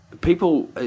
people